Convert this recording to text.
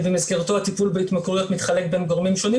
במסגרתו הטיפול בהתמכרויות מתחלק בין גורמים שונים,